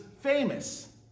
famous